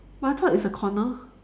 but I thought it's a corner